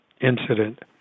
incident